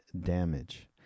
damage